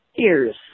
ears